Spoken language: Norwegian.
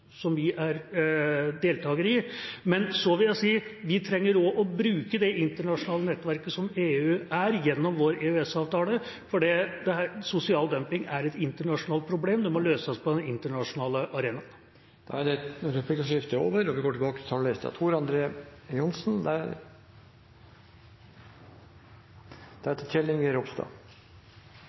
i, skal vi selvfølgelig følge. Men så vil jeg også si at vi trenger å bruke det internasjonale nettverket som EU er, gjennom vår EØS-avtale, for sosial dumping er et internasjonalt problem, det må løses på den internasjonale arena. Replikkordskiftet er over. Norge er et lite land med små, ryddige og